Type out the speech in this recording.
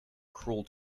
cruel